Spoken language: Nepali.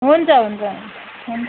हुन्छ हुन्छ हुन्छ